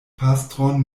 pastron